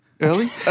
early